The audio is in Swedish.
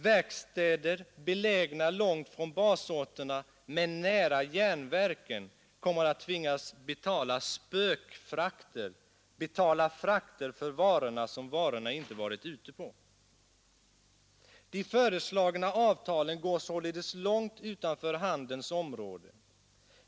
Verkstäder belägna långt från basorterna men nära järnverken kommer att tvingas betala ”spökfrakter”, betala frakter för varorna som varorna inte varit ute på. De föreslagna avtalen går således långt utanför handelns område.